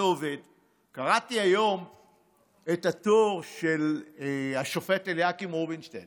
קראתי היום את הטור של השופט אליקים רובינשטיין